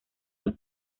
los